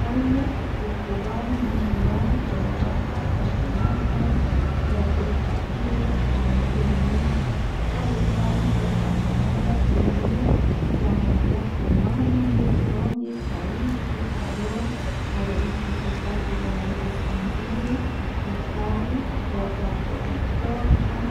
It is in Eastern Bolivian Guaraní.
Oime pukuvae, misivae, corovata, patorakua, yatitapire, jare irureta kua ikavi yayapo vaera tembiu yamboyea kumanda ndie, soo ndie, sariki aro, jare ipisekatu vaeretandie, ikavivi yayapovi torta